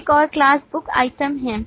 एक और class book item है